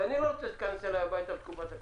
ואני לא רוצה שתיכנס אליי הביתה בתקופת הקורונה.